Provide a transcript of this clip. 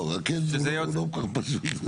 לא, זה לא כל כך פשוט.